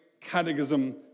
catechism